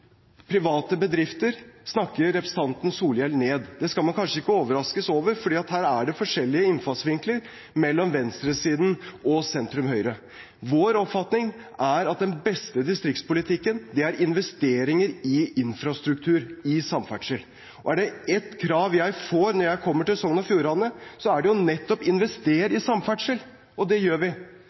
private bedrifter snakker representanten Solhjell ned. Det skal man kanskje ikke overraskes over, fordi her er det forskjellige innfallsvinkler mellom venstresiden og sentrum-høyre. Vår oppfatning er at den beste distriktspolitikken er investeringer i infrastruktur, i samferdsel. Og er det ett krav jeg får når jeg kommer til Sogn og Fjordane, er det jo nettopp: Invester i samferdsel! Og det gjør vi.